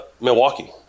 Milwaukee